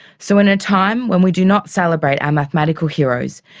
so in a time when we do not celebrate our mathematical heroes,